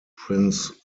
prince